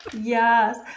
Yes